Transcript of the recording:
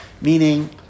meaning